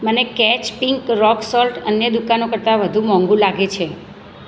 મને કેચ pink rock salt અન્ય દુકાનો કરતાં વધુ મોંઘુ લાગે છે